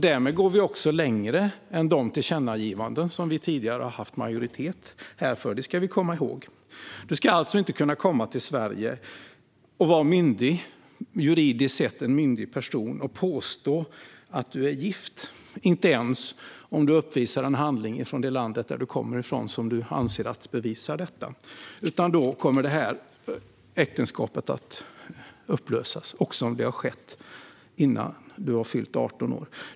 Därmed går vi också längre än de tillkännagivanden som vi här tidigare har haft majoritet för. Det ska vi komma ihåg. Du ska alltså inte kunna komma till Sverige och juridiskt sett vara en myndig person och påstå att du är gift. Det gäller inte ens om du uppvisar en handling från det land du kommer ifrån som du anser bevisar det, utan då kommer det äktenskapet att upplösas om det har ingåtts innan du har fyllt 18 år.